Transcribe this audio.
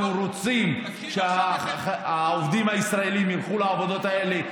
אנחנו רוצים שהעובדים הישראלים ילכו לעבודות האלה,